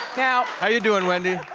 yeah how you doin', wendy?